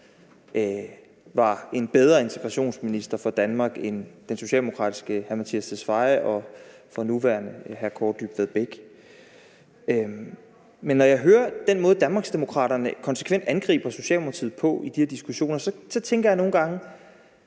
var en bedre integrationsminister for Danmark end den socialdemokratiske hr. Mattias Tesfaye og den nuværende, hr Kaare Dybvad Bek. Men når jeg hører den måde, Danmarksdemokraterne konsekvent angriber Socialdemokratiet på i de her diskussioner, så tænker jeg nogle gange: